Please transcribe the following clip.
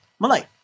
Malay